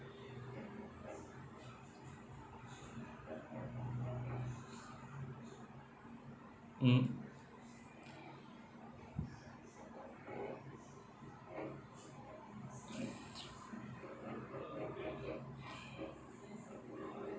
mm